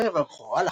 בערב הבכורה,